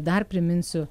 dar priminsiu